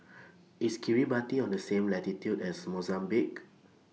IS Kiribati on The same latitude as Mozambique